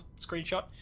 screenshot